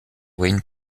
wayne